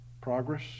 Progress